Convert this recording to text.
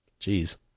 Jeez